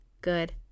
good